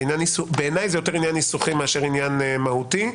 בעיניי זה יותר עניין ניסוחי מאשר עניין מהותי.